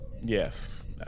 yes